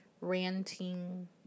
ranting